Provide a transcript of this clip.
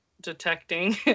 detecting